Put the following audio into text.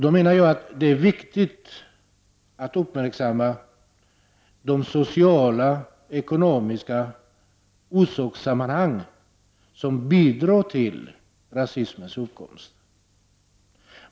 Då är det viktigt att uppmärksamma de sociala och ekonomiska orsakssammanhangen, som bidrar till rasismens uppkomst.